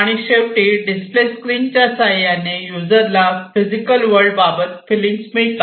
आणि शेवटी डिस्प्ले स्क्रीनच्या साह्याने युजरला फिजिकल वर्ल्ड बाबत फीलिंग्स मिळतात